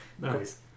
Nice